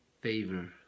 favor